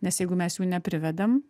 nes jeigu mes jų neprivedėm